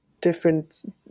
different